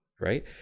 Right